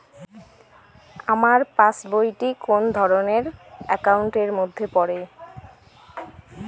আমার পাশ বই টি কোন ধরণের একাউন্ট এর মধ্যে পড়ে?